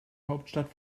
hauptstadt